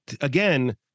again